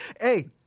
Hey